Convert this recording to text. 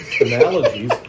analogies